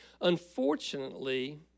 Unfortunately